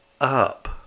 up